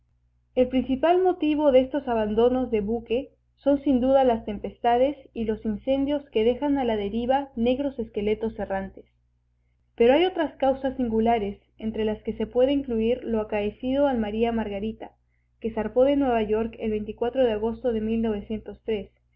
el principal motivo de estos abandonos de buque son sin duda las tempestades y los incendios que dejan a la deriva negros esqueletos errantes pero hay otras causas singulares entre las que se puede incluir lo acaecido al maría margarita que zarpó de nueva york el de agosto de